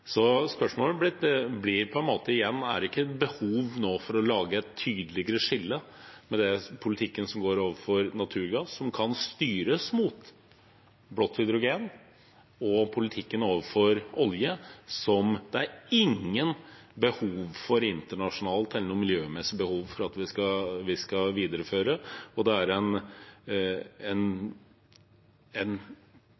Spørsmålet mitt blir igjen: Er det ikke nå behov for å lage et tydeligere skille mellom den politikken som føres overfor naturgass, som kan styres mot blått hydrogen, og politikken overfor olje, som det er ingen behov for internasjonalt eller noe miljømessig behov for at vi skal videreføre? Det er en politikk som Norge er i en